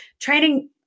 training